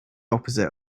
opposite